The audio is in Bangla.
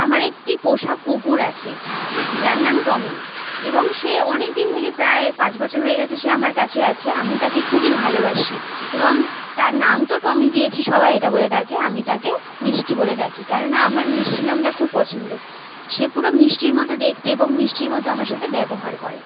আমার একটি পোষা কুকুর আছে যার নাম টমি এবং সে অনেক দিন থেকে প্রায় পাঁচ বছর হয়ে গেছে সে আমার কাছে আছে আমি তাকে খুবই ভালোবাসি এবং তার নাম তো টমি দিয়েছি সবাই এটা বলে ডাকে আমি তাকে মিষ্টি বলে ডাকি না আমার মিষ্টি নামটা খুব পছন্দ সে পুরো মিষ্টির মতো দেখতে এবং মিষ্টির মতো আমার সাথে ব্যবহার করে